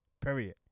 period